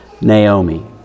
Naomi